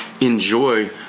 enjoy